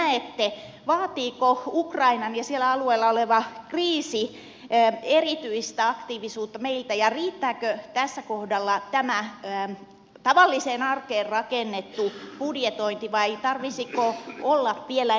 arvoisa ministeri miten näette vaatiiko ukrainan ja siellä alueella oleva kriisi erityistä aktiivisuutta meiltä ja riittääkö tällä kohdalla tämä tavalliseen arkeen rakennettu budjetointi vai tarvitsisiko olla vielä enemmän hereillä